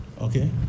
Okay